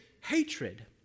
hatred